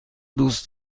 دوست